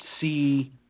see